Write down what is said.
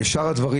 לגבי שאר הדברים,